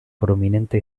prominente